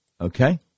Okay